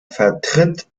vertritt